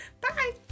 Bye